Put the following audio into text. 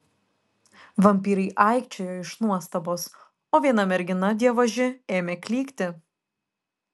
vampyrai aikčiojo iš nuostabos o viena mergina dievaži ėmė klykti